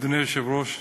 אדוני היושב-ראש,